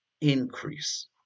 increase